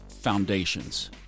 Foundations